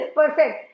Perfect